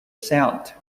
sound